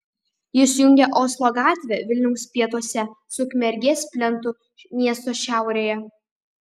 jis jungia oslo gatvę vilniaus pietuose su ukmergės plentu miesto šiaurėje